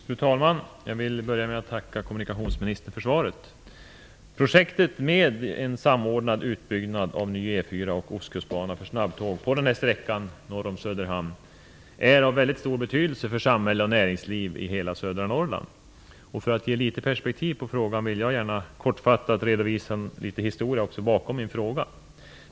Fru talman! Jag vill börja med att tacka kommunikationsministern för svaret. Projektet med samordnad utbyggnad av ny E 4 och Ostkustbana för snabbtåg på sträckan norr om Söderhamn är av mycket stor betydelse för samhälle och näringsliv i södra Norrland. För att ge litet perspektiv på frågan vill jag gärna kortfattat redovisa historien bakom min fråga.